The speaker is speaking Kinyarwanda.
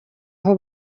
aho